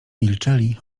milczeli